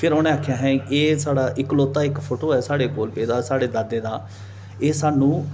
फिर उनें आखेआ अहें एह् साढ़ा इकलौता इक फोटो ऐ साढ़े कोल पेदा साढ़े दादे दा एह् सानू